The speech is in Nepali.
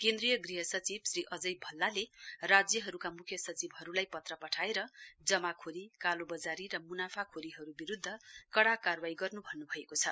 केन्द्रीय गृह सचिव श्री अजय भल्लाले राज्यहरूका मुख्य सचिवहरूलाई पत्र पठाएर जमाखोरी कालो बजारी र मुनाफाखोरीहरू विरूद्ध कड़ा कारवाई गर्नु भन्नुभएको छ